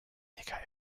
weniger